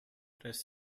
des